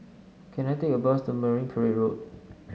can I take a bus to Marine Parade Road